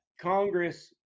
Congress